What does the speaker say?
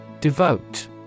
Devote